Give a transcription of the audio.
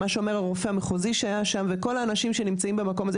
הרופא המחוזי שהיה שם וכל האנשים שנמצאים במקום הזה.